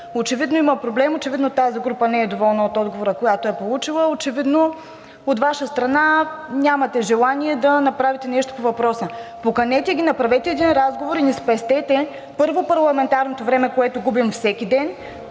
Очевидно има проблем. Очевидно тази група не е доволна от отговора, който е получила. Очевидно от Ваша страна нямате желание да направите нещо по въпроса. Поканете ги, направете един разговор и ни спестете, първо, парламентарното време, което губим всеки ден.